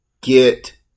get